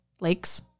lakes